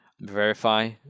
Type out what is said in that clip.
Verify